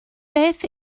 beth